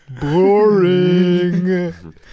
boring